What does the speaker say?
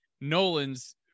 Nolan's